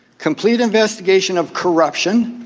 complete investigation of corruption,